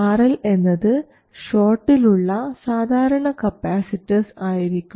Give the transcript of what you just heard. RL എന്നത് ഷോട്ടിൽ ഉള്ള സാധാരണ കപ്പാസിറ്റർസ് ആയിരിക്കും